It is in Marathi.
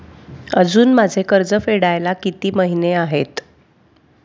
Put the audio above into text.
अजुन माझे कर्ज फेडायला किती महिने आहेत?